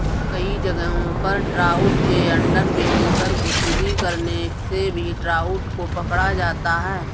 कई जगहों पर ट्राउट के अंडरबेली पर गुदगुदी करने से भी ट्राउट को पकड़ा जाता है